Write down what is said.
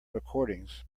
recordings